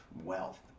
wealth